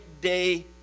day